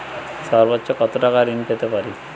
সর্বোচ্চ কত টাকা ঋণ পেতে পারি?